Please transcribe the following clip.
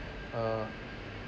uh